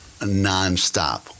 nonstop